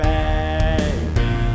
Baby